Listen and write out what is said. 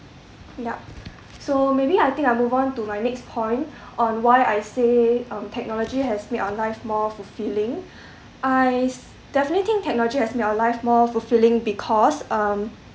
yup so maybe I think I move on to my next point on why I say um technology has made our life more fulfilling I definitely think technology has made our life more fulfilling because um